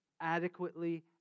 adequately